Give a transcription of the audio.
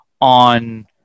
on